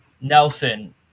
Nelson